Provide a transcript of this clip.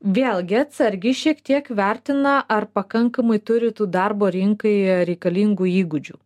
vėlgi atsargiai šiek tiek vertina ar pakankamai turi tų darbo rinkai reikalingų įgūdžių